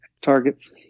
targets